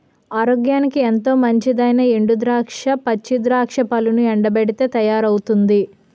ఆరోగ్యానికి ఎంతో మంచిదైనా ఎండు ద్రాక్ష, పచ్చి ద్రాక్ష పళ్లను ఎండబెట్టితే తయారవుతుంది